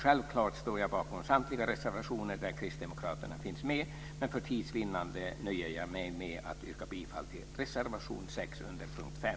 Självfallet står jag bakom samtliga reservationer där kristdemokrater finns med, men för tids vinnande nöjer jag mig med att yrka bifall till reservation 6 under punkt 5.